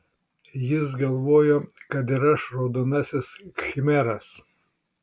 jis galvojo kad ir aš raudonasis khmeras